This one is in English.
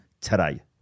today